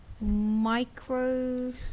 micro